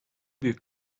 büyük